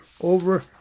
over